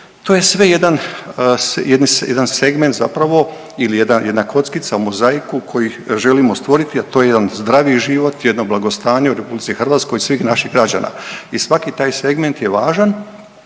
sve jedan, jedan segment zapravo ili jedna kockica u mozaiku koji želimo stvoriti, a to je jedan zdravi život, jedno blagostanje u RH svih naših građana. I svaki taj segment je važan,